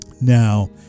Now